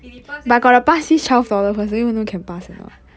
if 你 pass then is eighteen